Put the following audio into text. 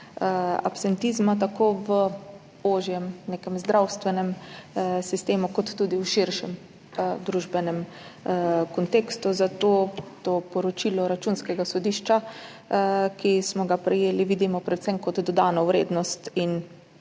tako v nekem ožjem zdravstvenem sistemu kot tudi v širšem družbenem kontekstu, zato to poročilo Računskega sodišča, ki smo ga prejeli, vidimo predvsem kot dodano vrednost in